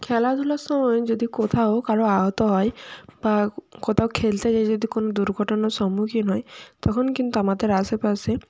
খেলাধুলার সময় যদি কোথাও কারও আহত হয় বা কোথাও খেলতে যেয়ে যদি কোনো দুর্ঘটনার সম্মুখীন হয় তখন কিন্তু আমাদের আশেপাশে